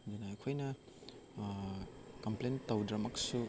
ꯑꯗꯨꯅ ꯑꯩꯈꯣꯏꯅ ꯀꯝꯄ꯭ꯂꯦꯟ ꯇꯧꯗ꯭ꯔꯃꯛꯁꯨ